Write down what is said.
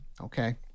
Okay